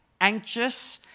anxious